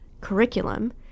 curriculum